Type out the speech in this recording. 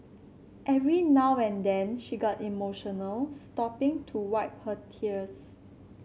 every now and then she got emotional stopping to wipe her tears